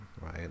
right